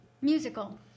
musical